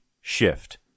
shift